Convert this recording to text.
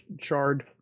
charred